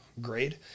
grade